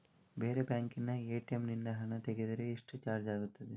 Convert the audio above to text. ಬೇರೆ ಬ್ಯಾಂಕಿನ ಎ.ಟಿ.ಎಂ ನಿಂದ ಹಣ ತೆಗೆದರೆ ಎಷ್ಟು ಚಾರ್ಜ್ ಆಗುತ್ತದೆ?